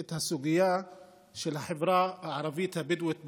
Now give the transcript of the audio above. את הסוגיה של החברה הערבית הבדואית בנגב.